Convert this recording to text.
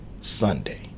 Sunday